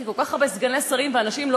כי כל כך הרבה סגני שרים ואנשים לא